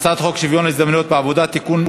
הצעת חוק שוויון ההזדמנויות בעבודה (תיקון,